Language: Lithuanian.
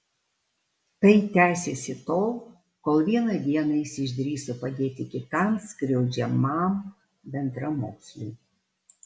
tai tęsėsi tol kol vieną dieną jis išdrįso padėti kitam skriaudžiamam bendramoksliui